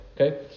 Okay